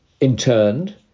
interned